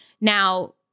Now